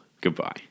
Goodbye